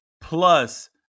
plus